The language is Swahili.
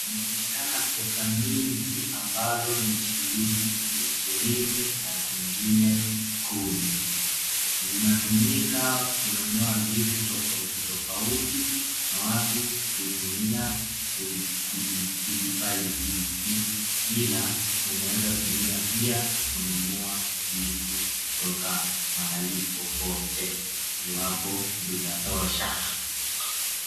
Inaonekana pesa mingi ambazo ni shilingi ishirini na zingine kumi, zinatumika kununua vitu tofautitofauti na watu hutumia kujipa riziki, ila unaeza tumia pia kununua vitu kutoka mahali popote iwapo zitatosha.